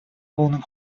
полным